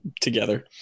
together